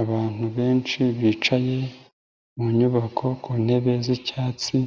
Abantu benshi bicaye mu nyubako ku ntebe z'icyatsi,